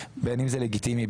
בין אם זה לגיטימי,